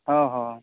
ᱚᱻ ᱦᱚᱸ